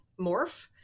morph